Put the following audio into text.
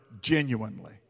genuinely